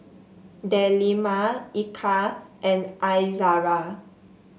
Delima Eka and Izara